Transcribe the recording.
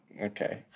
Okay